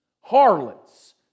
harlots